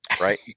Right